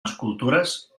escultures